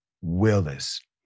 Willis